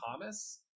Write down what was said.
Thomas